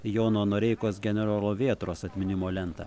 jono noreikos generolo vėtros atminimo lentą